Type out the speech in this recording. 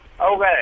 Okay